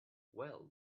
well